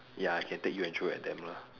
ya I can take you and throw at them lah